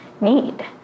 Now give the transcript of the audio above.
need